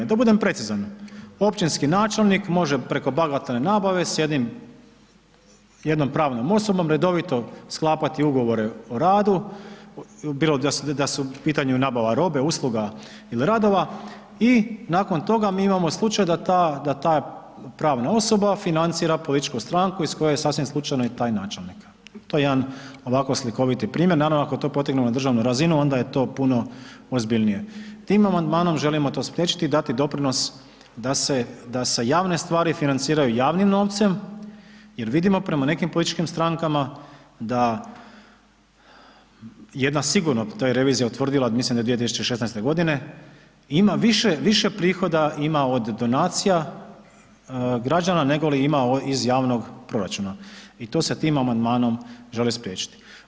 Da budem precizan, općinski načelnik može preko bagatelne nabave s jednom pravnom osobom redovito sklapati Ugovore o radu, bilo da su u pitanju nabava robe, usluga il radova i nakon toga mi imamo slučaj da ta pravna osoba financira političku stranku iz koje je sasvim slučajno i taj načelnik, to je jedan ovako slikoviti primjer, naravno, ako to potegnemo na državnu razinu, onda je to puno ozbiljnije, tim amandmanom želimo to spriječiti i dati doprinos da se javne stvari financiraju javnim novcem jer vidimo prema nekim političkim strankama da, jedna sigurno da je revizija utvrdila, mislim da je 2016.g. ima više, više prihoda ima od donacija građana nego li ima iz javnog proračuna i to se tim amandmanom želi spriječiti.